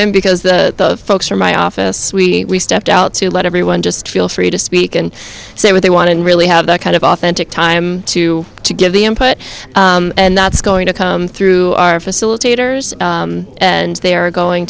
in because the folks from my office we stepped out to let everyone just feel free to speak and say what they want and really have that kind of authentic time to to give the input and that's going to come through our facilitators and they are going